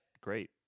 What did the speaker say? great